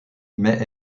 mais